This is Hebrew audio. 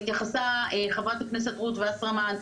התייחסה חברת הכנסת רות וסרמן,